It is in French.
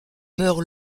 meurt